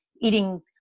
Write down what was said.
eating